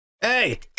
Hey